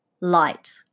light